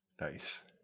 Nice